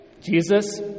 Jesus